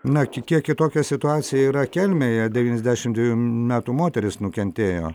na kiek kitokia situacija yra kelmėje devyniasdešim dvejų metų moteris nukentėjo